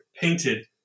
painted